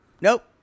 nope